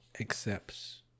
accepts